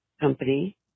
company